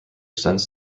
sends